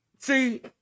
See